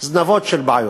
זנבות של בעיות.